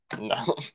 No